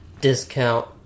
discount